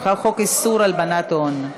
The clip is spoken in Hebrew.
חוק איסור הלבנת הון.